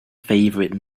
favorite